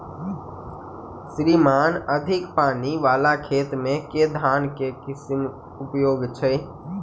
श्रीमान अधिक पानि वला खेत मे केँ धान केँ किसिम उपयुक्त छैय?